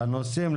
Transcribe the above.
לנושאים,